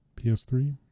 PS3